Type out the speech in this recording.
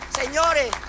Señores